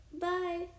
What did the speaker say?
Bye